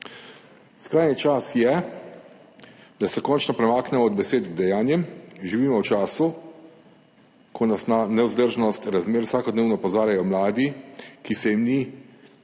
Skrajni čas je, da se končno premaknemo od besed k dejanjem. Živimo v času, ko nas na nevzdržnost razmer vsakodnevno opozarjajo mladi, ki jim ni